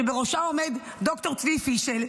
שבראשה עומד ד"ר צבי פישל,